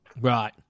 Right